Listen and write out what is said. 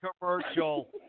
commercial